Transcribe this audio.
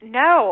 no